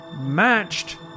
matched